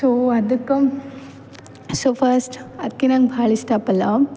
so ಅದಕ್ಕೆ so first ಅದಕ್ಕೆ ನಂಗೆ ಭಾಳ ಇಷ್ಟ ಪಲಾವ್